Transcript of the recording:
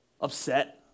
upset